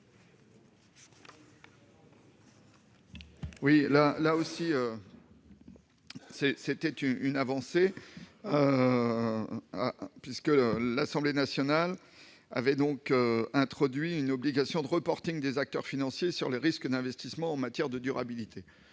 s'agit, là aussi, de rétablir une avancée : l'Assemblée nationale avait introduit une obligation de reporting des acteurs financiers sur les risques de l'investissement en matière de durabilité.